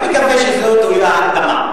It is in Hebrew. אני מקווה שזאת תהיה הקדמה.